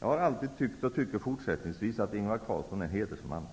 Jag har alltid tyckt och tycker fortfarande att Ingvar Carlsson är en hedersman.